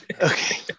Okay